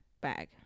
bag